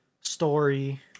story